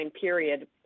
period